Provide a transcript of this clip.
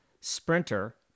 sprinter